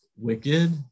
wicked